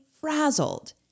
frazzled